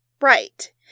Right